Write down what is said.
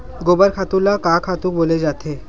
गोबर खातु ल का खातु बोले जाथे?